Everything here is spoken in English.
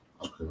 Okay